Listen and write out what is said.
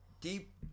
deep